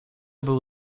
był